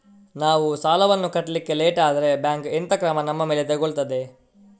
ನಾವು ಸಾಲ ವನ್ನು ಕಟ್ಲಿಕ್ಕೆ ಲೇಟ್ ಆದ್ರೆ ಬ್ಯಾಂಕ್ ಎಂತ ಕ್ರಮ ನಮ್ಮ ಮೇಲೆ ತೆಗೊಳ್ತಾದೆ?